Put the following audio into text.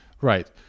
Right